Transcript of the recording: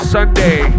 Sunday